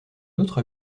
autre